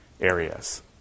areas